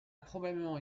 probablement